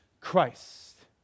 Christ